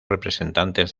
representantes